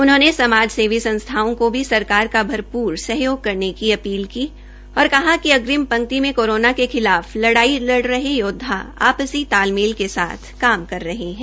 उन्होंने समाजसेवी संसथाओं को भी सरकार का भरपूर सहयोग करने की अपील की और कहा कि अग्रिम पंक्ति में कोरोना के खिलाफ लड़ाई लड़ रहे योदवा आपसी तालमेल के साथ काम कर रहे है